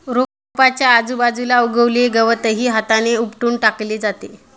रोपाच्या आजूबाजूला उगवलेले गवतही हाताने उपटून टाकले जाते